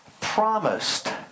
promised